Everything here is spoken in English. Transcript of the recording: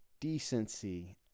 decency